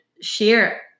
share